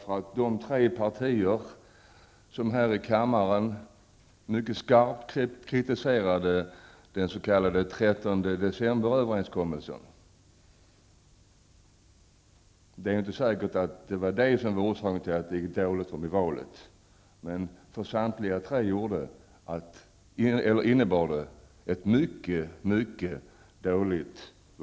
För samtliga tre partier som här i riksdagen mycket skarpt kritiserade den s.k. 13 decemberöverenskommelsen -- det är inte säkert att det är den som är orsaken till att det gick dåligt i valet -- blev valresultatet mycket dåligt.